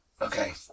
Okay